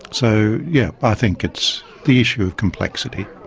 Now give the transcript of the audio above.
so yes, i think it's the issue of complexity.